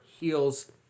heels